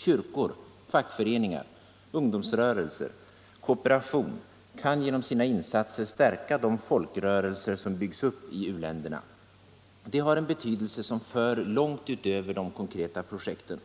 Kyrkor, fackföreningar, ungdomsrörelser, kooperation kan genom sina insatser stärka de folkrörelser som byggs upp i u-länderna. Det har en betydelse som för långt utöver de konkreta projekten.